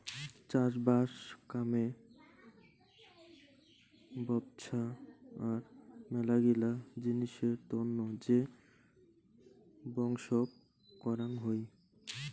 চাষবাস কামে ব্যপছা আর মেলাগিলা জিনিসের তন্ন যে বংশক করাং হই